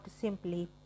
simply